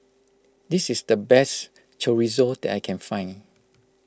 this is the best Chorizo that I can find